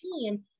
team